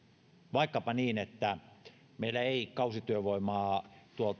vaikkapa niin että meillä ei kausityövoimaa